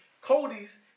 Cody's